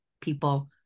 people